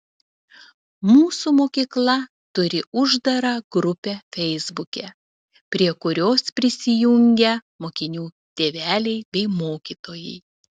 mūsų mokykla turi uždarą grupę feisbuke prie kurios prisijungę mokinių tėveliai bei mokytojai